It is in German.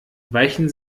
weichen